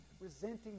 resenting